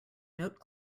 note